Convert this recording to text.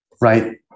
right